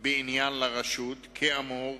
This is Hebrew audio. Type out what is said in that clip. בעניין זה לרשות, כאמור,